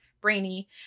Brainy